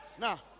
Now